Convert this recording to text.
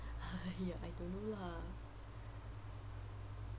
!aiya! I don't know lah